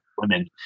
women